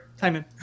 Simon